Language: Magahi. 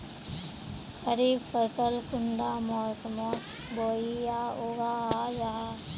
खरीफ फसल कुंडा मोसमोत बोई या उगाहा जाहा?